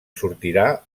sortirà